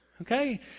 Okay